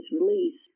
released